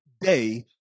day